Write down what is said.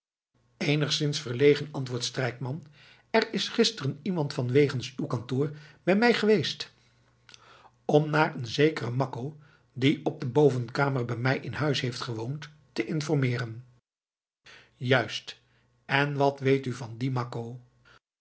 eenigszins verlegen antwoordt strijkman er is gisteren iemand vanwegens uw kantoor bij mij geweest om naar een zekeren makko die op een bovenkamer bij mij in huis heeft gewoond te informeeren juist en wat weet u van dien makko